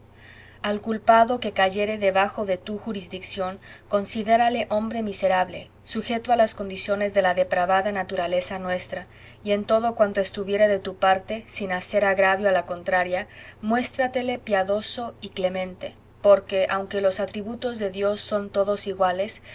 al culpado que cayere debajo de tu jurisdicción considérale hombre miserable sujeto a las condiciones de la depravada naturaleza nuestra y en todo cuanto estuviere de tu parte sin hacer agravio a la contraria muéstratele piadoso y clemente porque aunque los atributos de dios son todos iguales